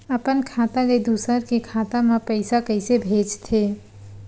अपन खाता ले दुसर के खाता मा पईसा कइसे भेजथे?